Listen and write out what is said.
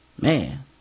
Man